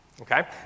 Okay